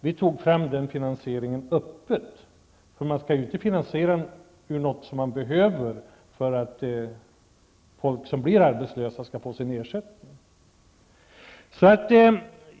Vi tog fram finansieringen öppet. Man skall inte ta medel ur en fond man behöver för att folk som blir arbetslösa skall få sin ersättning.